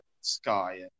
Sky